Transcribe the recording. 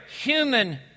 human